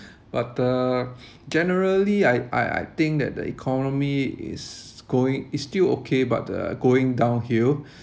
but uh generally I I I think that the economy is going is still okay but uh going downhill